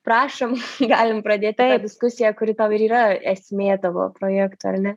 prašom galim pradėt tą diskusiją kuri tau ir yra esmė tavo projekto ar ne